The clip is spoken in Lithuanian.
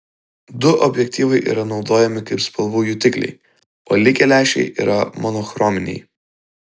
du objektyvai yra naudojami kaip spalvų jutikliai o likę lęšiai yra monochrominiai